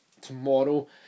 tomorrow